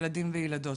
ילדים וילדות.